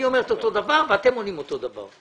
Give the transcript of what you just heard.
אני אומר את אותו הדבר ואתם עונים אותו הדבר.